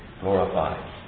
glorified